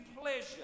pleasure